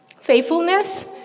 faithfulness